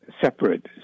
Separate